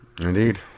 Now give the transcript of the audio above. indeed